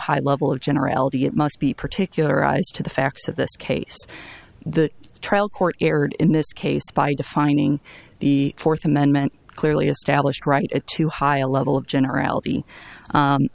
high level of generality it must be particular to the facts of this case the trial court erred in this case by defining the fourth amendment clearly established right at too high a level of generality